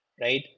right